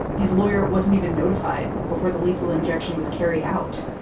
his lawyer wasn't even notified before the lethal injection was carried out.